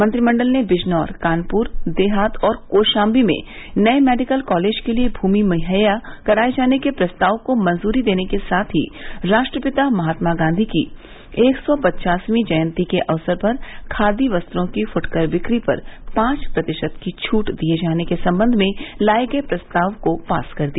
मंत्रिमंडल ने बिजनौर कानपुर देहात और कौशाम्बी मे नये मेडिकल कॉलेज के लिये भूमि मुहैया कराये जाने के प्रस्ताव को मंजूरी देने के साथ ही राष्ट्रपिता महात्मा गांधी की एक सौ पचासवीं जयन्ती के अवसर पर खादी वस्त्रों की फूटकर बिक्री पर पांच प्रतिशत की छूट दिये जाने के संबंध में लाये गये प्रस्ताव को पास कर दिया